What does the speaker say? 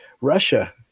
Russia